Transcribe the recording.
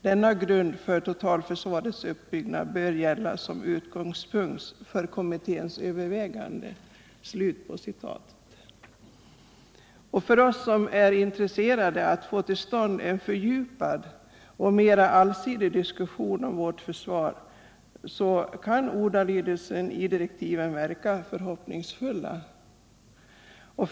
Denna grund för totalförsvarets uppbyggnad bör gälla som utgångspunkt för kommitténs överväganden.” För oss som är intresserade av att få till stånd en fördjupad och mer allsidig diskussion om vårt försvar kan ordalydelsen i direktiven verka hoppingivande.